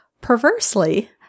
Perversely